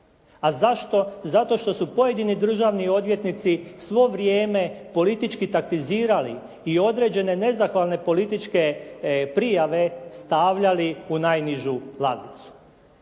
A zašto? Zato što su pojedini državni odvjetnici svo vrijeme politički taktizirali i određene nezahvalne političke prijave stavljali u najnižu ladicu.